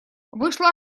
вышла